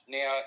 Now